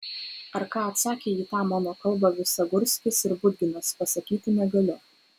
ar ką atsakė į tą mano kalbą visagurskis ir budginas pasakyti negaliu